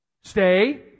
Stay